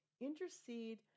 intercede